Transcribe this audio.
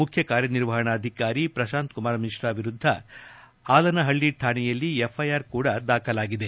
ಮುಖ್ಯ ಕಾರ್ಯನಿರ್ವಹಣಾಧಿಕಾರಿ ಪ್ರಶಾಂತ್ ಕುಮಾರ್ ಮಿಶ್ರಾ ವಿರುದ್ದ ಆಲನಹಳ್ಳಿ ಠಾಣೆಯಲ್ಲಿ ಎಫ್ಐಆರ್ ಕೂಡಾ ದಾಖಲಾಗಿದೆ